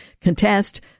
contest